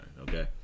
Okay